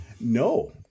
No